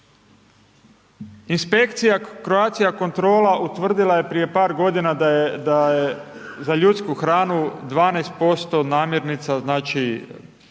Inspekcija Croatia kontrola, utvrdila je prije par godina, da je za ljudsku hranu, 12% namjernica, znači